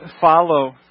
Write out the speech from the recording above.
follow